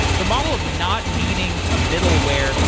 the model of not needing a middleware,